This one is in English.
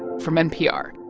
from npr